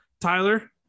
Tyler